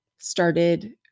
started